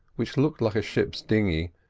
which looked like a ship's dinghy,